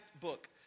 book